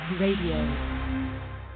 Radio